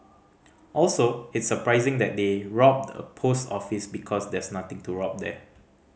also it's surprising that they robbed a post office because there's nothing to rob there